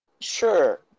Sure